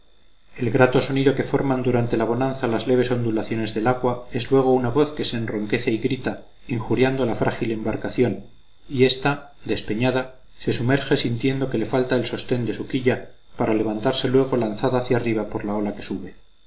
el grato sonido que forman durante la bonanza las leves ondulaciones del agua es luego una voz que se enronquece y grita injuriando a la frágil embarcación y ésta despeñada se sumerge sintiendo que le falta el sostén de su quilla para levantarse luego lanzada hacia arriba por la ola que sube